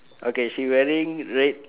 okay she wearing red